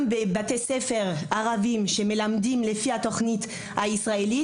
גם בבתי הספר בהם מלמדים לפי התוכנית הישראלית,